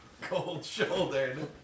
Cold-shouldered